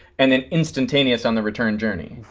and then instantaneous on the return journey.